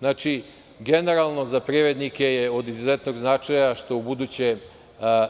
Znači, generalno za privrednike je od izuzetnog značaja što ubuduće